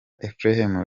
ephrem